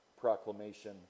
proclamation